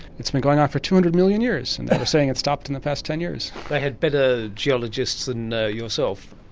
it's been going on for two hundred million years and they were saying it's stopped in the past ten years. they had better geologists than ah yourself.